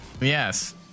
Yes